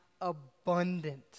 abundant